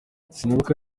sinibuka